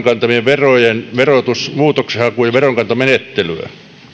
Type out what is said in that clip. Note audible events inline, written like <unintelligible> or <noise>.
<unintelligible> kantamien verojen verotus muutoksenhaku ja veronkantomenettelyä